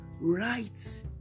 Right